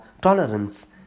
tolerance